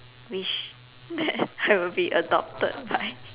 wish that I would be adopted by